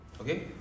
Okay